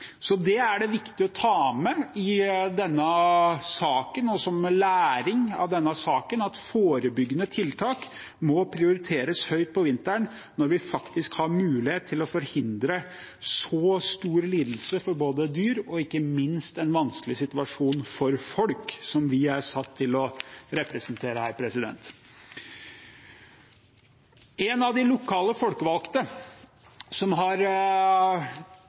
Det er viktig å ta med i denne saken – og som læring av denne saken – at forebyggende tiltak må prioriteres høyt om vinteren, når vi faktisk har mulighet til å forhindre så store lidelser for dyr og ikke minst en vanskelig situasjon for folk, som vi her er satt til å representere. En av de lokale folkevalgte som har